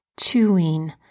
chewing